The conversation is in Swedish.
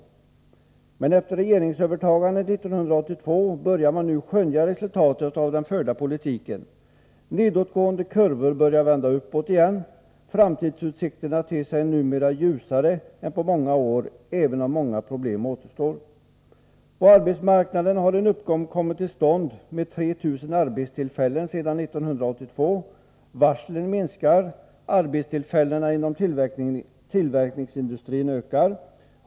Men efter regeringsövertagandet 1982 börjar man nu skönja resultatet av den förda politiken. Nedåtgående kurvor börjar vända uppåt igen. Framtidsutsikterna ter sig numera ljusare än på många år, även om många problem återstår. På arbetsmarknaden har en uppgång kommit till stånd med 3000 arbetstillfällen sedan 1982. Varslen minskar. Arbetstillfällena inom tillverkningsindustrin ökar.